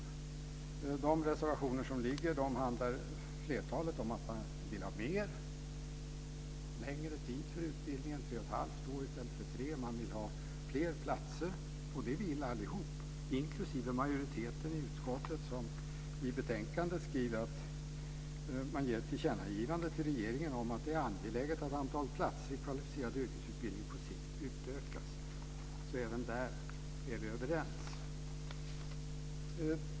Flertalet av de reservationer som ligger handlar om att man vill ha längre tid för utbildningen - tre och ett halvt år i stället för tre, man vill har fler platser. Det vill vi allihop, inklusive majoriteten i utskottet som i betänkandet skriver att man vill ge ett tillkännagivande till regeringen om att det är angeläget att antalet platser inom yrkesutbildningen på sikt utökas. Även där är vi överens.